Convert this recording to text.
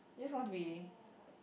just want to be